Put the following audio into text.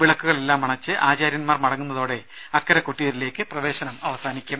വിളക്കുകളെല്ലാം അണച്ച് ആചാര്യൻമാർ മടങ്ങുന്നതോടെ അക്കരെ കൊട്ടിയൂരിലേക്ക് പ്രവേശനം അവസാനിക്കും